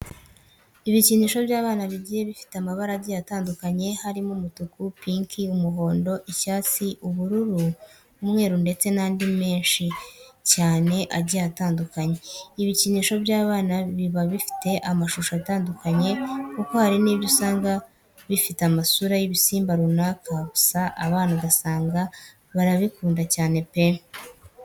Ibikinisho by'abana bigiye bifite amabara agiye atandukanye harimo umutuku, pinki, umuhondo, icyatsi, ubururu, umweru ndetse n'andi menshi cyane agiye atandukanye. Ibikinisho by'abana biba bifite amashusho atandukanye kuko hari n'ibyo usanga bifite amasura y'ibisimba runaka gusa abana ugasanga barabikunda cyane pe!